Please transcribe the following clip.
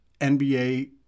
NBA